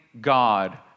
God